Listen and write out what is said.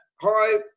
Hi